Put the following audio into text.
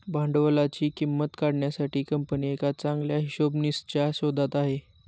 भांडवलाची किंमत काढण्यासाठी कंपनी एका चांगल्या हिशोबनीसच्या शोधात आहे